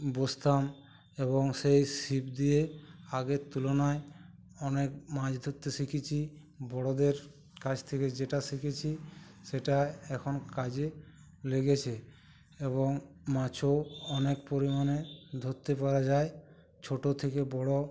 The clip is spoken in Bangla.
বসতাম এবং সেই ছিপ দিয়ে আগের তুলনায় অনেক মাজ ধরতে শিখেছি বড়োদের কাছ থেকে যেটা শিখেছি সেটা এখন কাজে লেগেছে এবং মাছও অনেক পরিমাণে ধোত্তে পারা যায় ছোটো থেকে বড়ো